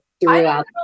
throughout